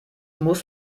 muss